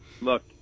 Look